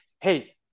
hey